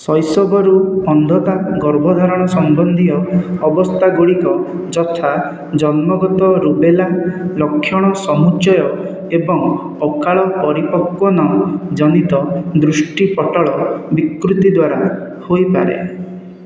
ଶୈଶବରୁ ଅନ୍ଧତା ଗର୍ଭଧାରଣ ସମ୍ବନ୍ଧୀୟ ଅବସ୍ଥା ଗୁଡ଼ିକ ଯଥା ଜନ୍ମଗତ ରୁବେଲା ଲକ୍ଷଣ ସମୁଚ୍ଚୟ ଏବଂ ଅକାଳ ପରିପକ୍ୱନ ଜନିତ ଦୃଷ୍ଟିପଟ୍ଟଳ ବିକୃତି ଦ୍ୱାରା ହୋଇପାରେ